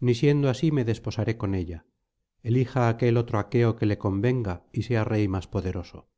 ni siendo así me desposaré con ella elija aquel otro aqueo que le convenga y sea rey más poderoso